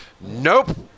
Nope